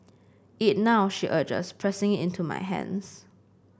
eat now she urges pressing it into my hands